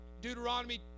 Deuteronomy